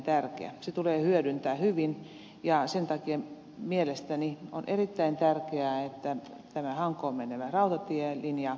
se tulee hyödyntää hyvin ja sen takia mielestäni on erittäin tärkeää että tämä hankoon menevä rautatielinja sähköistetään